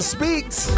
Speaks